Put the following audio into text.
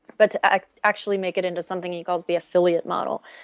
but to ah actually make it into something he calls the affiliate model.